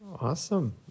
Awesome